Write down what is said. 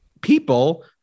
people